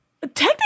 technically